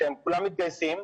שכולם מתגייסים,